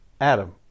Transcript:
Adam